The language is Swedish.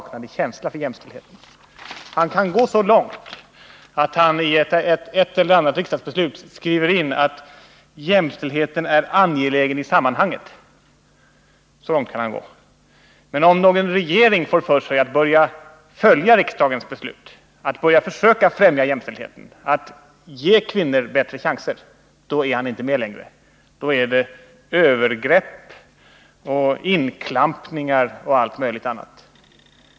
Kurt Ove Johansson kan gå så långt att han i ett eller annat riksdagsbeslut skriver in att ”jämställdheten är angelägen i sammanhanget”. Men om en regering får för sig att börja följa riksdagens beslut, att främja jämställdhe ten, att ge kvinnor bättre chanser, då är han inte med längre. Då är det - Nr 137 övergrepp och inklampningar och allt möjligt annat.